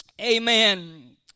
Amen